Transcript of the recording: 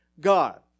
God